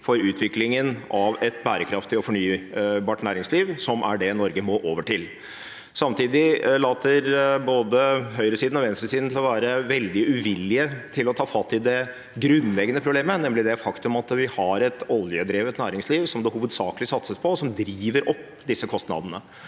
for utviklingen av et bærekraftig og fornybart næringsliv, som er det Norge må over til. Samtidig later både høyre- og venstresiden til å være veldig uvillige til å ta fatt i det grunnleggende problemet, nemlig det faktum at vi har et oljedrevet næringsliv som det hovedsakelig satses på, og som driver opp disse kostnadene.